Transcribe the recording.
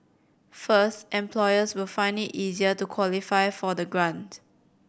first employers will find it easier to qualify for the grant